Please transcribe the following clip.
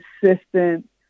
consistent